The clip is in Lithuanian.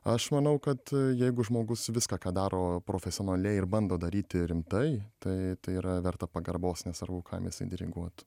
aš manau kad jeigu žmogus viską ką daro profesionaliai ir bando daryti rimtai tai tai yra verta pagarbos nesvarbu kam jisai diriguotų